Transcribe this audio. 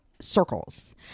circles